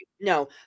no